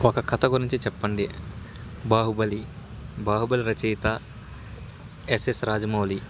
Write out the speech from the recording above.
ఒక కథ గురించి చెప్పండి బాహుబలి బాహుబలి రచయత ఎస్ఎస్ రాజమౌళి